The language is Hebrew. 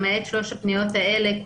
למעט 3 הפניות האלה,